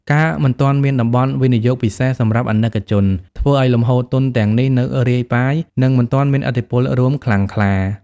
ការមិនទាន់មាន "តំបន់វិនិយោគពិសេសសម្រាប់ អាណិកជន" ធ្វើឱ្យលំហូរទុនទាំងនេះនៅរាយប៉ាយ និងមិនទាន់មានឥទ្ធិពលរួមខ្លាំងក្លា។